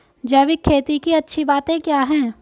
जैविक खेती की अच्छी बातें क्या हैं?